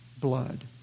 blood